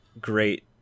great